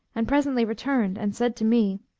and presently returned and said to me,